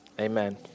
amen